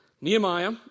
Nehemiah